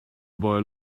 boy